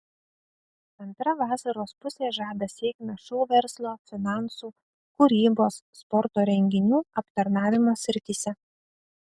antra vasaros pusė žada sėkmę šou verslo finansų kūrybos sporto renginių aptarnavimo srityse